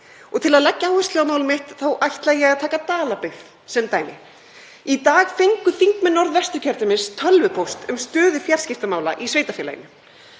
Til að leggja áherslu á mál mitt ætla ég að taka Dalabyggð sem dæmi. Í dag fengu þingmenn Norðvesturkjördæmis tölvupóst um stöðu fjarskiptamála í sveitarfélaginu.